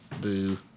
Boo